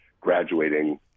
graduating